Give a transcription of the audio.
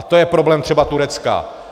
To je problém třeba Turecka.